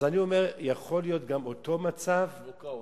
אני אומר שיכול להיות אותו מצב, אל-מוקאוומה.